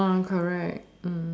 now I'm correct